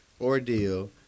ordeal